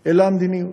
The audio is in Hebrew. אלא המדיניות.